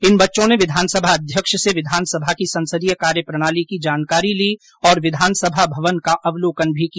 इन बच्चों ने विधानसभा अध्यक्ष से विधानसभा की संसदीय कार्य प्रणाली की जानकारी प्राप्त की और विधानसभा भवन का अवलोकन भी किया